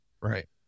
Right